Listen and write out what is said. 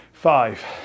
Five